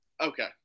Okay